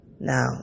Now